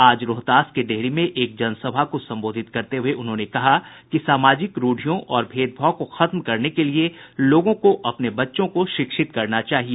आज रोहतास के डेहरी में एक जनसभा को संबोधित करते हुए उन्होंने कहा कि सामाजिक रूढ़ियों और भेदभाव को खत्म करने के लिये लोगों को अपने बच्चों को शिक्षित करना चाहिए